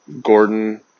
Gordon